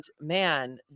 man